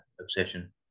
obsession